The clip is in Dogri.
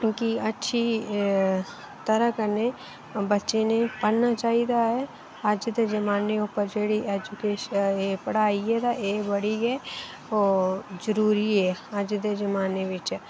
क्योंकि अच्छी तरह कन्नै बच्चें ने पढ़ना चाहिदा ऐ अज्ज दे जमाने उप्पर जेह्ड़ी एजुकेशन एह् पढ़ाई ऐ तां एह् बड़ी गै ओह् जरूरी ऐ अज्ज दे जमाने बिच